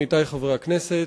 עמיתי חברי הכנסת,